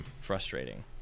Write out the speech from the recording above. frustrating